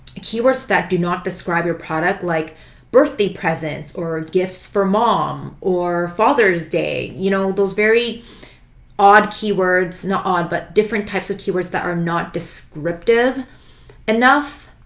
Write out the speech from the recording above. keywords that do not describe your product like birthday presents or gifts for mom or father's day, you know those very odd keywords, not odd, but different types of keywords that are not descriptive enough,